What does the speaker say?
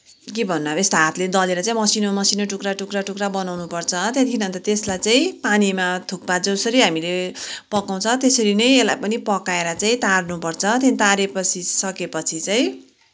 के भन्नु अब यस्तो हातले दलेर चाहिँ मसिनो मसिनो टुक्रा टुक्रा टुक्रा बनाउनुपर्छ त्यहाँदेखि अन्त त्यसलाई चाहिँ पानीमा थुक्पा जसरी हामीले पकाउँछ त्यसरी नै यसलाई पनि पकाएर चाहिँ तार्नुपर्छ त्यो तारेपछि सकेपछि चाहिँ